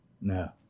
No